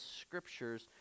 Scriptures